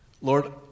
Lord